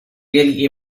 really